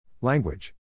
Language